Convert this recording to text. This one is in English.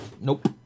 Nope